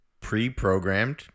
pre-programmed